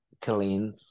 clean